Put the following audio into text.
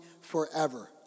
forever